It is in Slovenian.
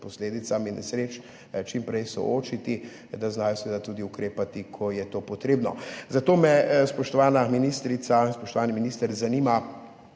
posledicami nesreč čim prej soočiti, da znajo tudi ukrepati, ko je to potrebno. Zato me, spoštovana ministrica, spoštovani minister, zanima: